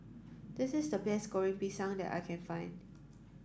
this is the best Goreng Pisang that I can find